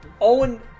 Owen